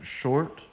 short